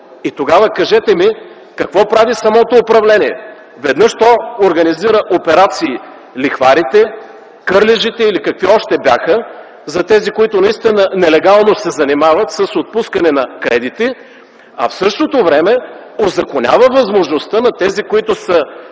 И тогава, кажете ми, какво прави самото управление? Веднъж то организира операции „Лихварите”, „Кърлежите” или какви още бяха, за тези, които наистина нелегално се занимават с отпускане на кредити, а в същото време узаконява възможността на тези, които са